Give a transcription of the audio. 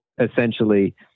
essentially